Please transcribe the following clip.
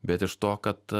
bet iš to kad